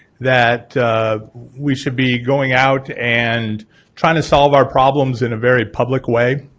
that we should be going out and trying to solve our problems in a very public way.